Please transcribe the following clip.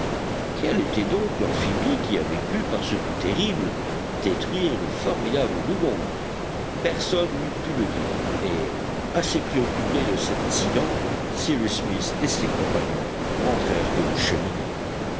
quel était donc l'amphibie qui avait pu par ce coup terrible détruire le formidable dugong personne n'eût pu le dire et assez préoccupés de cet incident cyrus smith et ses compagnons rentrèrent aux cheminées